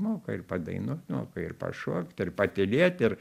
moka ir padainuot moka ir pašokt ir patylėt ir